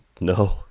No